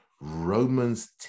Romans